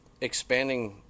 expanding